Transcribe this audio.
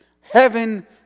heaven